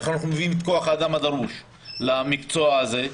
איך מביאים את כוח האדם הדרוש למקצוע הזה,